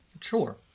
sure